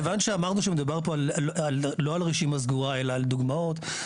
כיוון שאמרנו שמדובר פה לא על רשימה סגורה אלא על דוגמאות,